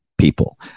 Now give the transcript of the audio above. People